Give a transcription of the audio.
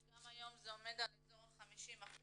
גם היום זה עומד על אזור ה-50%